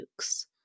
Nukes